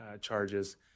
charges